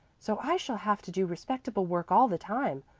so i shall have to do respectable work all the time.